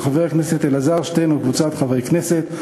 של חבר הכנסת אלעזר שטרן וקבוצת חברי הכנסת,